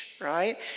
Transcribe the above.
Right